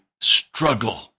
struggle